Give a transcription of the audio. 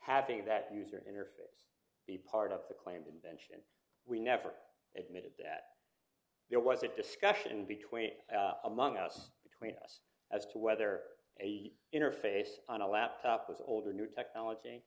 having that user interface be part of the claimed invention we never admitted that there was a discussion between among us between us as to whether a interface on a laptop was old or new technology